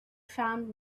found